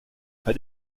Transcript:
pas